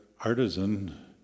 artisan